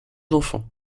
enfants